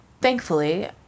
thankfully